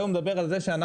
והוא מדבר על זה שאנחנו,